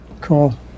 Cool